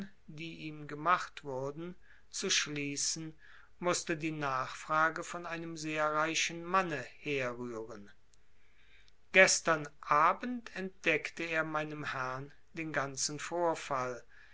die ihm gemacht wurden zu schließen mußte die nachfrage von einem sehr reichen manne herrühren gestern abend entdeckte er meinem herrn den ganzen vorfall